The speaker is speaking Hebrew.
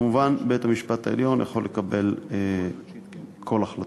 מובן שבית-המשפט העליון יכול לקבל כל החלטה.